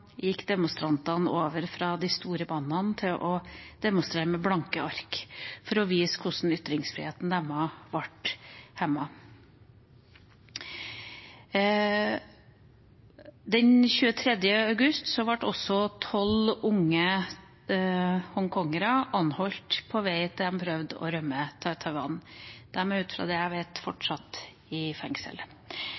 gikk demonstrantene over fra de store bannerne til å demonstrere med blanke ark for å vise hvordan ytringsfriheten deres ble hemmet. Den 23. august ble tolv unge hongkongere anholdt da de prøvde å rømme til Taiwan. De er, ut fra det jeg vet,